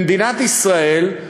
במדינת ישראל,